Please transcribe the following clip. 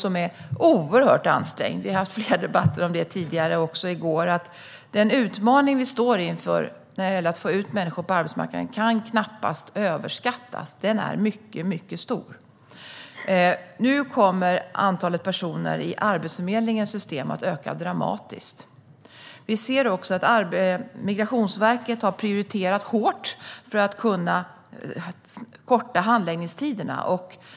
Vi har haft flera debatter om det tidigare, och även i går. Den utmaning vi står inför när det gäller att få ut människor på arbetsmarknaden kan knappast överskattas. Den är mycket stor. Antalet personer i Arbetsförmedlingens system kommer att öka dramatiskt. Migrationsverket har prioriterat hårt för att kunna korta handläggningstiderna.